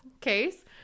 case